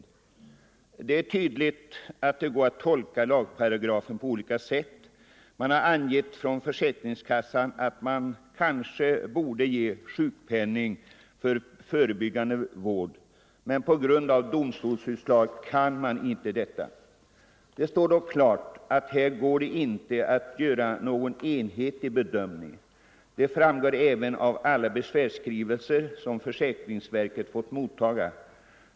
Det är tydligt att det går att tolka lagparagrafen på olika sätt. Man har från försäkringskassan angivit att man kanske borde ge sjukpenning för förebyggande vård, men på grund av domstolsutslaget kan man inte göra detta. Det står då klart att här går det inte att göra någon enhetlig bedömning. Det framgår även av alla besvärsskrivelser som försäkringsverket fått mottaga.